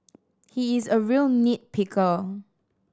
he is a real nit picker